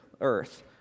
earth